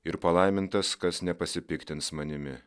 ir palaimintas kas nepasipiktins manimi